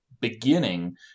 beginning